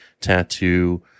tattoo